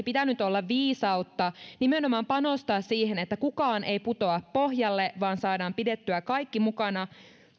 pitänyt olla viisautta nimenomaan panostaa siihen että kukaan ei putoa pohjalle vaan saadaan pidettyä kaikki mukana